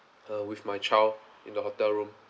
uh with my child in the hotel room